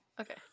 okay